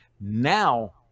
now